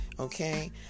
Okay